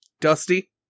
Dusty